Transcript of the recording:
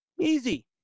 Easy